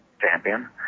champion